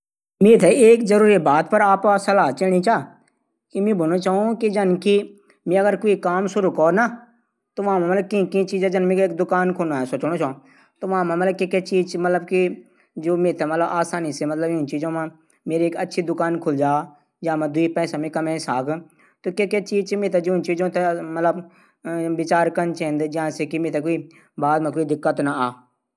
बहुत बहुत धन्यावाद तुमन मेथे गणितक सवाल सिखे देनी अगर तुम नी हूंदा त पता नी मि तुमर बिना क्या करूदू। मेथे त गणित सवाल आंदा ही छाई